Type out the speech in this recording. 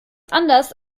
anders